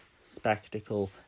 spectacle